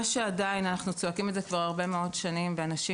מה שאנשים לא מבינים אנחנו צועקים את זה כבר הרבה מאוד שנים ואנשים